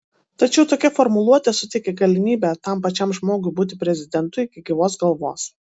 tačiau tokia formuluotė suteikia galimybę tam pačiam žmogui būti prezidentu iki gyvos galvos